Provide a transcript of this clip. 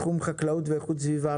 תחום חקלאות ואיכות סביבה,